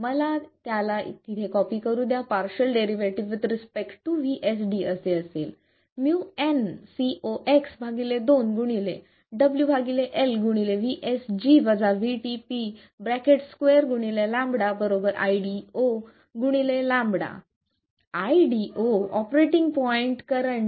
मला याला तिथे कॉपी करू द्या partial derivative with respect to VSD असे असेल µnCox2 W L2 λ ID0 λ ID0 operating point current